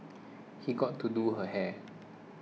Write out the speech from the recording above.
he got to do her hair